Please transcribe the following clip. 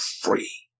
free